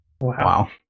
Wow